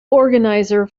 organizer